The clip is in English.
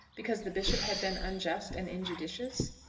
because the bishop had been unjust and injudicious?